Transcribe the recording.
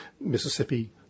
Mississippi